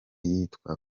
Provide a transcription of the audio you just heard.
yitwa